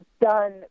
done